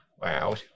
Wow